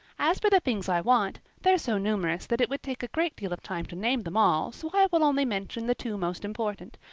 as for the things i want, they're so numerous that it would take a great deal of time to name them all so i will only mention the two most important.